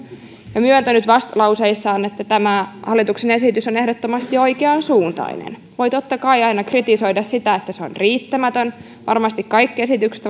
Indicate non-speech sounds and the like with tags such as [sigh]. ja myöntänyt vastalauseissaan että tämä hallituksen esitys on ehdottomasti oikeansuuntainen voi totta kai aina kritisoida sitä että se on riittämätön varmasti kaikki esitykset [unintelligible]